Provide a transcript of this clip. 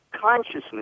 consciousness